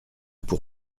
pour